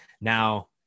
now